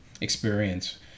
experience